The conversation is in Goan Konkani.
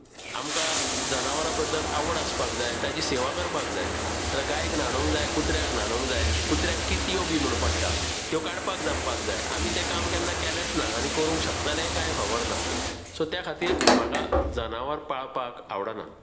आमकां जनावरां बद्दल आवड आसपाक जाय ताची सेवा करपाक जाय गायेक न्हाणोवंक जाय कुत्र्याक न्हाणोवंक जाय कुत्र्याक किट्ट्यो बी म्हूण पडटा त्यो काडपाक जमपाक जाय आमी तें काम केन्ना केलेंच ना आनी करूंक शकतलें कांय खबर ना सो त्या खातीर म्हाका जनावर पाळपाक आवडना